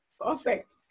perfect